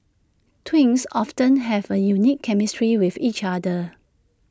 twins often have A unique chemistry with each other